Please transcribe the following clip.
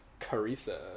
Carissa